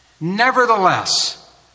Nevertheless